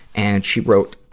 and she wrote,